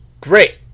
Great